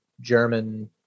German